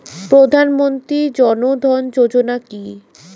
প্রধানমন্ত্রী জনধন যোজনা কি?